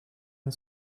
and